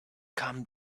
come